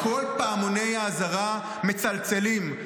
כל פעמוני האזהרה מצלצלים,